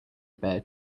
bare